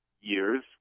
years